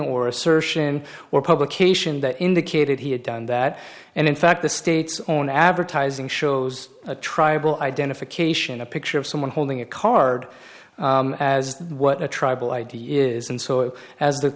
or assertion or publication that indicated he had done that and in fact the state's own advertising shows a tribal identification a picture of someone holding a card as what a tribal id is and so as the